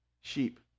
Sheep